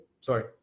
Sorry